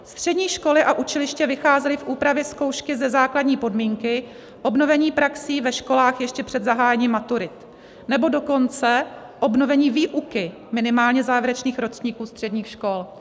Střední školy a učiliště vycházely v úpravě zkoušky ze základní podmínky obnovení praxí ve školách ještě před zahájením maturit, nebo dokonce obnovení výuky minimálně závěrečných ročníků středních škol.